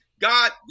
God